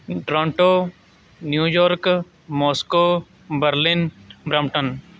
Toronto New York Moscow Berlin Brampton